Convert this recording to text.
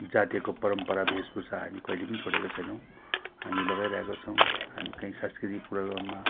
जातीयको परम्परा भेषभूषा हामी कहिले पनि छोडेका छैनौँ हामी लगाइरहेको छौँ हामी काहीँ सांस्कृतिक प्रोग्राममा